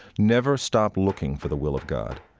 never stopped looking for the will of god,